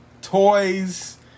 toys